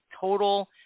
total